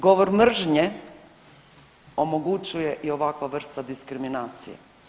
Govor mržnje omogućuje i ovakva vrsta diskriminacije.